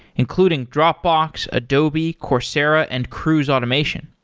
including dropbox, adobe, coursera and cruise automation.